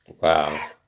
wow